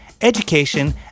education